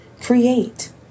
Create